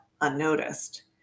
unnoticed